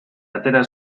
atera